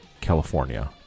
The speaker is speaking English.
California